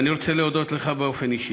ואני רוצה להודות לך באופן אישי.